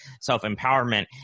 self-empowerment